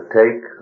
take